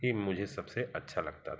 ही मुझे सबसे अच्छा लगता था